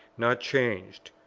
not changed.